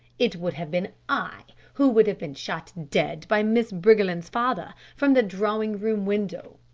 it would have been i, who would have been shot dead by miss briggerland's father from the drawing-room window.